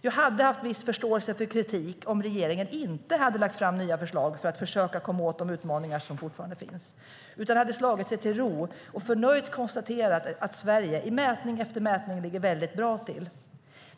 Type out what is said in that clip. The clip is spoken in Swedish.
Jag hade haft viss förståelse för kritiken om regeringen inte hade lagt fram nya förslag för att försöka komma åt de utmaningar som fortfarande finns utan slagit sig till ro och förnöjt konstaterat att Sverige i mätning efter mätning ligger väldigt bra till.